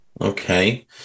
Okay